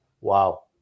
wow